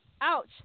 ouch